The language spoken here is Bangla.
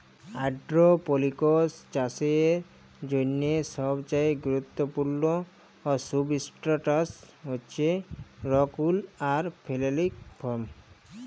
হাইডোরোপলিকস চাষের জ্যনহে সবচাঁয়ে গুরুত্তপুর্ল সুবস্ট্রাটাস হছে রোক উল আর ফেললিক ফম